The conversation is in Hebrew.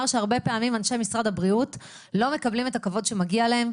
שהרבה פעמים אנשי משרד הבריאות לא מקבלים את הכבוד שמגיע להם,